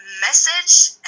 message